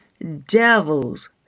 Devils